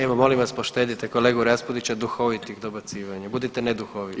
Evo molim vas poštedite kolegu Raspudića duhovitih dobacivanja, budite neduhoviti.